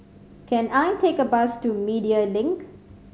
can I take a bus to Media Link